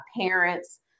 parents